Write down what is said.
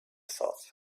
thought